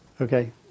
Okay